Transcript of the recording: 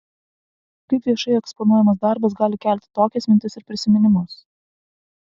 kaip viešai eksponuojamas darbas gali kelti tokias mintis ir prisiminimus